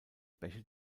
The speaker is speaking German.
bäche